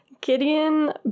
Gideon